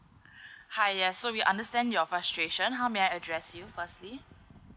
hi ya so we understand your frustration how may I address you firstly